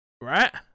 Right